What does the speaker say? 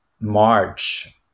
March